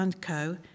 Co